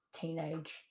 teenage